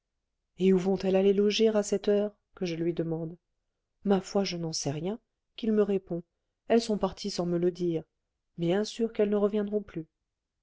et où vont elles aller loger à cette heure que je lui demande ma foi je n'en sais rien qu'il me répond elles sont parties sans me le dire bien sûr qu'elles ne reviendront plus